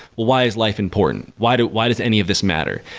why is life important? why does why does any of this matter?